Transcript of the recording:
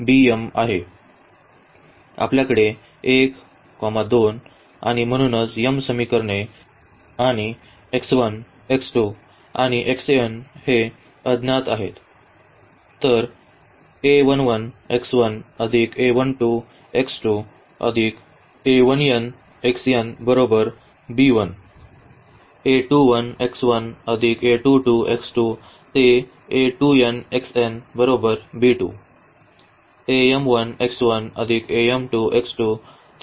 आपल्याकडे 1 2 आणि म्हणूनच m समीकरणे आणि x1 x2 आणि हे अज्ञात आहेत